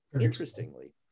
interestingly